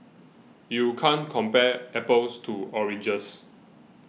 you can't compare apples to oranges